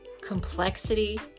complexity